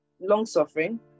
long-suffering